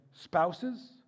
spouses